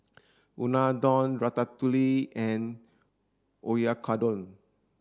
Unadon Ratatouille and Oyakodon